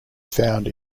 found